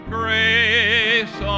grace